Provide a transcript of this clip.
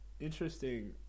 Interesting